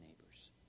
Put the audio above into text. neighbors